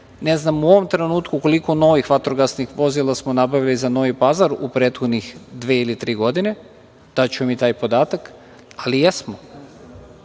znam u ovom trenutku koliko novih vatrogasnih vozila smo nabavili za Novi Pazar u prethodnih dve ili tri godine, daću vam i taj podatak, ali jesmo.